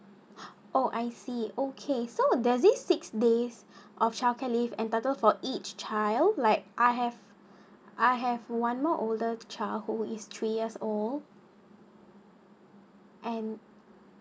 oh I see okay so does it six days of childcare leave entitle for each child like I have I have one more older child who is three years old and